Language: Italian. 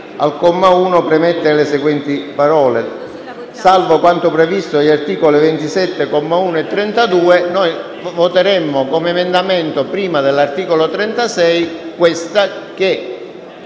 Al comma 1, premettere le seguenti parole: "Salvo quanto previsto dagli articoli 27, comma 1, e 32"». Noi voteremmo, come emendamento, prima dell'articolo 36, questa